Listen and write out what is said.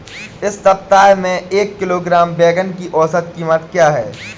इस सप्ताह में एक किलोग्राम बैंगन की औसत क़ीमत क्या है?